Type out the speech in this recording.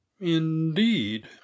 Indeed